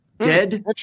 dead